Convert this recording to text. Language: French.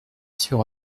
sur